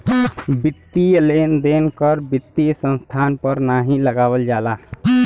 वित्तीय लेन देन कर वित्तीय संस्थान पर नाहीं लगावल जाला